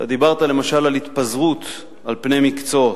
דיברת, למשל, על התפזרות על פני מקצועות.